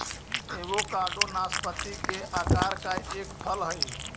avocado नाशपाती के आकार का एक फल हई